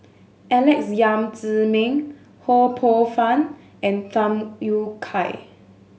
Alex Yam Ziming Ho Poh Fun and Tham Yui Kai